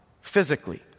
physically